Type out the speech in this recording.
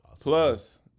plus